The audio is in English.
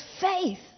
faith